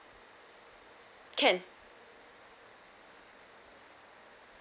can